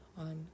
on